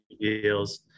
deals